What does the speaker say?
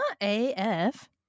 A-F